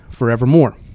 forevermore